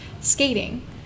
skating